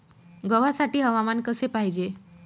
गव्हासाठी हवामान कसे पाहिजे?